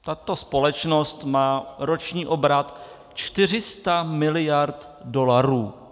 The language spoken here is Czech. Tato společnost má roční obrat 400 miliard dolarů.